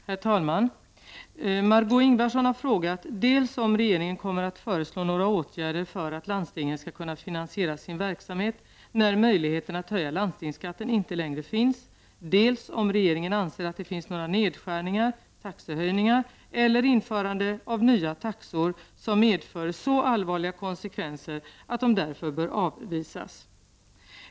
Herr talman! Margó Ingvardsson har frågat dels om regeringen kommer att föreslå några åtgärder för att landstingen skall kunna finansiera sin verksamhet när möjligheten att höja landstingsskatten inte längre finns, dels om regeringen anser att det finns några nedskärningar, taxehöjningar eller införande av nya taxor som får så allvarliga konsekvenser att de därför bör avvisas.